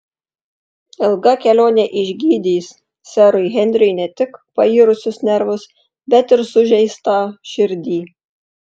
ilga kelionė išgydys serui henriui ne tik pairusius nervus bet ir sužeistą širdį